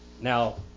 Now